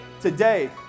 today